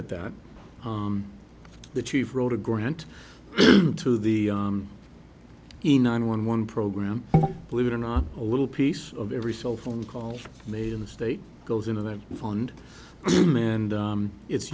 at that the chief wrote a grant to the the nine one one program believe it or not a little piece of every cell phone call made in the state goes into that fund amend it's